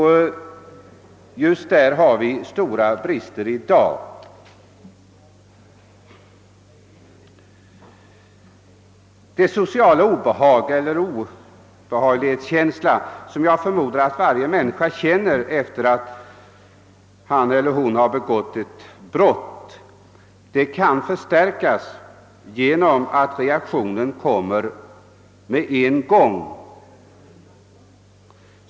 Där har vi i dag stora brister. Det sociala obehag eller den känsla av obehag som jag förmodar att varje människa erfar efter det att han eller hon har begått ett brott kan förstärkas genom att reaktionen kommer med en gång.